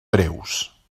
breus